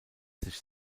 sich